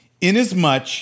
Inasmuch